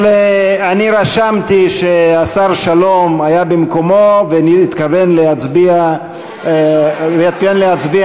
רשמתי שהשר שלום היה במקומו והתכוון להצביע נגד.